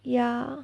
ya